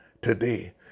today